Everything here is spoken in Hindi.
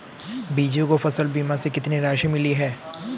बीजू को फसल बीमा से कितनी राशि मिली है?